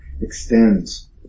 extends